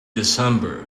december